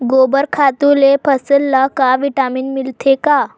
गोबर खातु ले फसल ल का विटामिन मिलथे का?